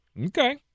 Okay